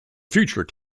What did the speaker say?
future